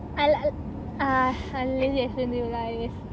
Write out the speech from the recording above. I li~ I li~ ah I lazy explain to you guys